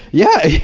yeah,